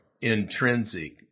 intrinsic